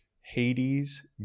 Hades